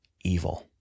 evil